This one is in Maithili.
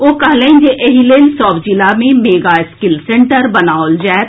ओ कहलनि जे एहि लेल सभ जिला मे मेगा रिकल सेंटर बनाओल जाएत